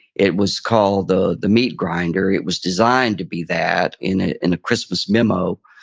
it was called the the meat grinder. it was designed to be that. in ah in a christmas memo,